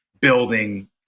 building